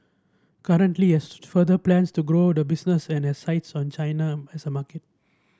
currently has further plans to grow the business and has sights on China as a market